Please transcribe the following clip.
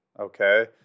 okay